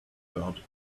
god